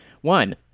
One